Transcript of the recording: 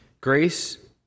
grace